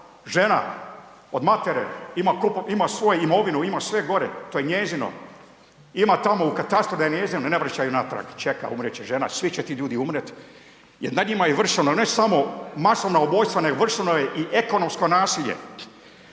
žena od matere ima svoju imovinu, ima sve gore, to je njezino, ima tamo u katastru da je njezino i ne vraća ju natrag. Čeka, umrijet će žena, svi će ti ljudi umrijet jer nad njima je vršeno ne samo masovna ubojstva nego vršeno je i ekonomsko nasilje.